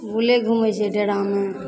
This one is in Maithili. बुलै घुमै छै डेरामे